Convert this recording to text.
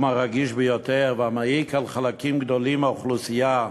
הרגיש ביותר והמעיק על חלקים גדולים מהאוכלוסייה,